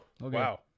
wow